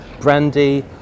brandy